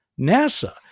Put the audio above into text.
NASA